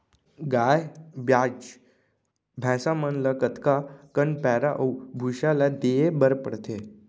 गाय ब्याज भैसा मन ल कतका कन पैरा अऊ भूसा ल देये बर पढ़थे?